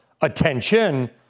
attention